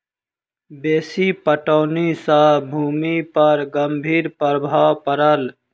बेसी पटौनी सॅ भूमि पर गंभीर प्रभाव पड़ल